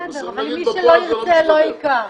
כן, אבל מי שלא ירצה לא ייקח.